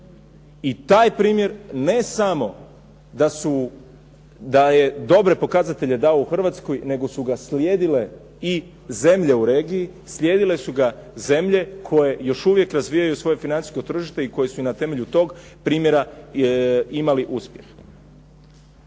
i taj primjer ne samo da je dobre pokazatelje dao u Hrvatskoj nego su ga slijedile i zemlje u regiji, slijedile su ga zemlje koje još uvijek razvijaju svoje financijsko tržište, koje su i na temelju tog primjera imali uspjehe.